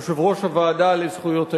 יושב-ראש הוועדה לזכויות הילד,